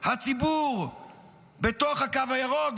הציבור בתוך הקו הירוק,